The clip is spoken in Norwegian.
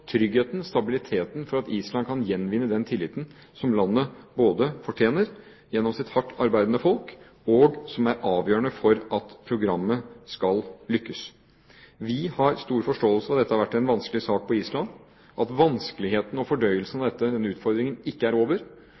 tryggheten, stabiliteten, for at Island kan gjenvinne den tilliten som landet fortjener, gjennom sitt hardt arbeidende folk, og som er avgjørende for at programmet skal lykkes. Vi har stor forståelse for at dette har vært en vanskelig sak på Island, og at vanskelighetene og fordøyelsen av denne utfordringen ikke er over.